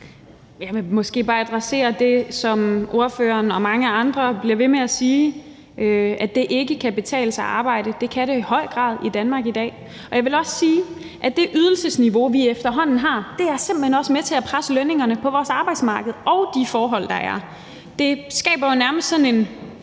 Jeg skal måske bare adressere det, som spørgeren og mange andre bliver ved med at sige, nemlig at det ikke kan betale sig at arbejde. Det kan det i høj grad i Danmark i dag. Jeg vil også sige, at det ydelsesniveau, vi efterhånden har, simpelt hen er med til at presse lønningerne på vores arbejdsmarked og de forhold, der er. Det skaber nærmest sådan en